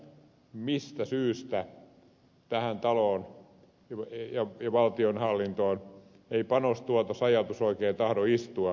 en tiedä mistä syystä tähän taloon ja valtionhallintoon ei panostuotos ajatus oikein tahdo istua